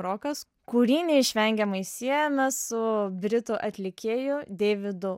rokas kurį neišvengiamai siejame su britų atlikėju deivido